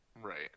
right